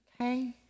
okay